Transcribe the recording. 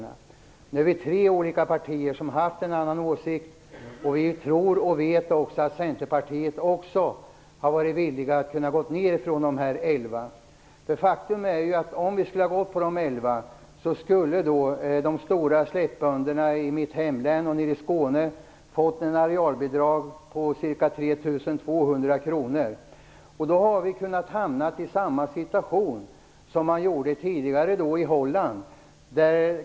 Nu har tre olika partier haft en annan åsikt. Vi tror och vet att också Centerpartiet varit villiga att gå ner i antal från dessa elva klasser. Om vi hade föreslagit elva klasser skulle de stora slättbönderna i mitt hemlän och nere i Skåne fått ett arealbidrag på ca 3 200 kr. Då hade vi kunnat hamna i samma situation som man tidigare gjorde i Holland.